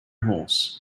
horse